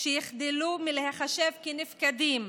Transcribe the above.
שיחדלו מלהיחשב כנפקדים,